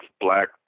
black